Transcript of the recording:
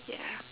ya